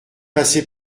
passée